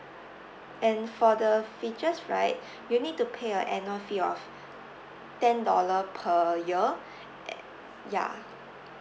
and for the features right you'll need to pay a annual fee of ten dollar per year ya